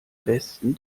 besten